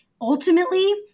ultimately